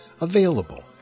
available